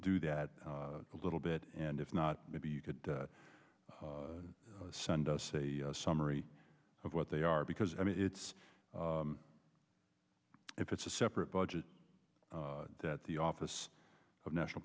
do that a little bit and if not maybe you could send us a summary of what they are because i mean it's if it's a separate budget that the office of national